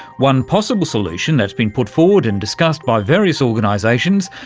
one possible solution that's been put forward and discussed by various organisations,